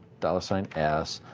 dollar sign s,